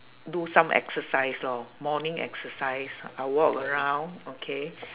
do some exercise lor morning exercise I walk around okay